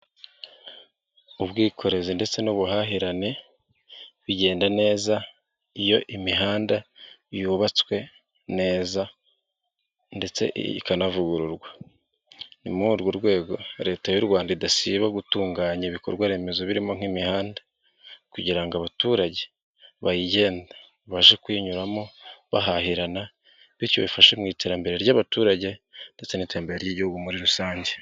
Ubwikorezi ndetse n'ubuhahirane bigenda neza iyo imihanda yubatswe neza ndetse ikanavugururwa. Ni muri urwo rwego Leta y'u Rwanda idasiba gutunganya ibikorwa remezo birimo nk'imihanda kugira ngo abaturage bayigenda babashe kuyinyuramo bahahirana bityo bifashe mu iterambere ry'abaturage ndetse n'iterambere ry'igihugu muri rusange.